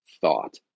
thought